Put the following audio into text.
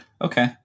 Okay